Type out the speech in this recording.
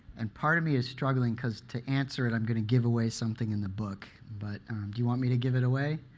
and part of me is struggling because, to answer it, i'm going to give away something in the book. but do you want me to give it away?